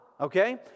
Okay